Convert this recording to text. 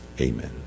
Amen